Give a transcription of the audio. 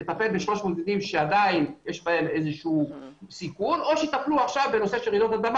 ב-300 מבנים שעדיין יש בהם סיכון או שיטפלו בנשוא רעידות האדמה